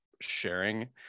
sharing